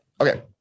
Okay